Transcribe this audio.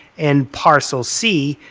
and parcel c.